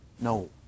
No